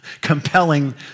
compelling